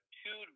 two